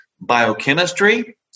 biochemistry